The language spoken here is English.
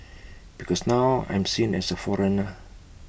because now I'm seen as A foreigner